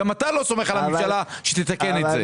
לא סומך על הממשלה שתתקן את זה.